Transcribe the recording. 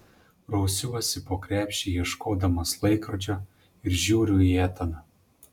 rausiuosi po krepšį ieškodamas laikrodžio ir žiūriu į etaną